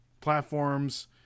platforms